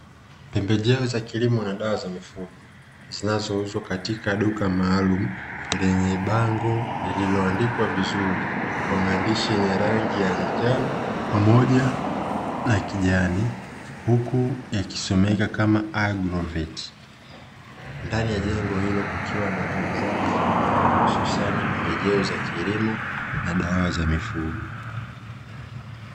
Pembe jeo za kilimo na dawa za mifugo, zinazouzwa katika duka maalumu, lenye bango lililoandikwa vizuri kwa maandishi yenye rangi ya njano pamoja na kijani, huku yakisomeka kama "AGROVET". Ndani ya jengo hilo kukiwa na bidhaa mbalimbali hususani pembejeo za kilimo na dawa za mifugo.